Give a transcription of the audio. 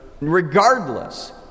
Regardless